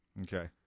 Okay